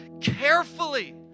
carefully